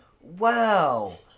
wow